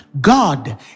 God